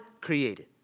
created